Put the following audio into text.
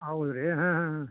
ಹೌದು ರೀ ಹಾಂ ಹಾಂ ಹಾಂ